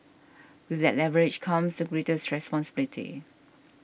with that leverage comes the greatest responsibility